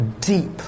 deep